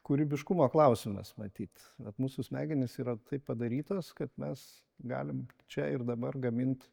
kūrybiškumo klausimas matyt vat mūsų smegenys yra taip padarytos kad mes galim čia ir dabar gamint